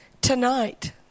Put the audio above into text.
Tonight